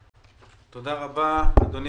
תודה רבה, אדוני